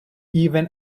even